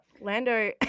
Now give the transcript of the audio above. lando